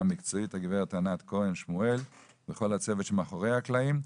מקצועית הגברת ענת כהן שמואל וכל הצוות שמאחורי הקלעים,